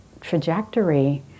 trajectory